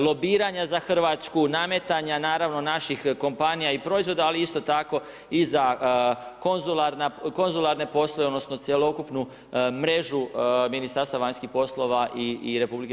lobiranja za Hrvatsku, nametanja naravno naših kompanija i proizvoda ali isto tako i za konzularne poslove, odnosno cjelokupnu mrežu Ministarstva vanjskih poslova i RH diljem svijeta.